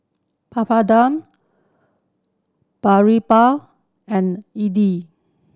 Papadum Boribap and